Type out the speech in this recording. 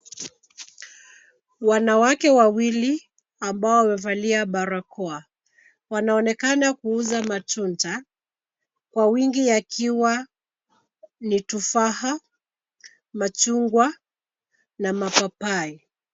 Wanawake wawili ambao wamevalia barakoa, wanaonekana kuuza matunda kwa wingi yakiwa ni tufaha, machungwa na mapapai.